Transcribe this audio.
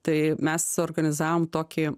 tai mes suorganizavom tokį